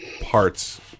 parts